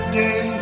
day